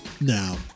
Now